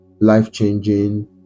life-changing